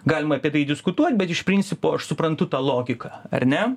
galima apie tai diskutuot bet iš principo aš suprantu tą logiką ar ne